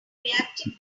reacted